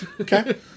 Okay